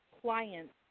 clients